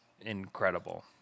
incredible